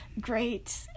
great